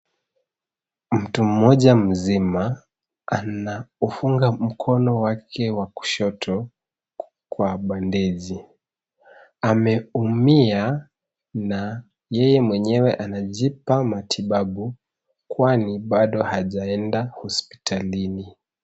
Mtu mmoja mzima anaufunga mkono wake wa kushoto kwa bandeji. Ameumia na yeye mwenyewe anajipa matibabu kwani bado hajaenda hopitalini.